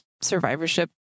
survivorship